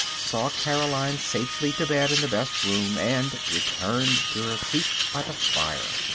saw caroline safely to bed in the best room, and returned to her seat by the fire.